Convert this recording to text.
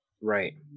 Right